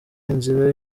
inzira